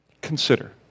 consider